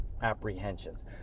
apprehensions